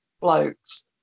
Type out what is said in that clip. blokes